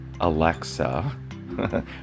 Alexa